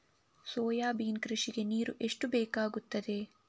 Soybean ಕೃಷಿಗೆ ನೀರು ಎಷ್ಟು ಬೇಕಾಗುತ್ತದೆ?